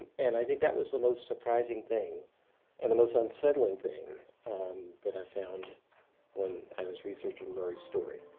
and i think that was the most surprising thing and the most unsettling thing that i found when i was researching murray's story.